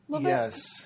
Yes